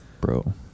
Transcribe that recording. bro